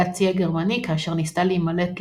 הצי הגרמני כאשר ניסתה להימלט לשוודיה.